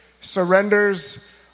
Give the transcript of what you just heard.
Surrenders